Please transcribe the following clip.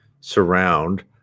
surround